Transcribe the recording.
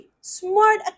Smart